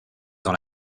dans